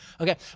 okay